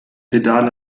pedale